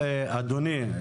אדוני,